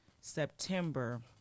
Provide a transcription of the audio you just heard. September